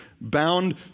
bound